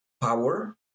power